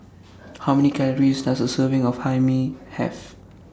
How Many Calories Does A Serving of Hae Mee Have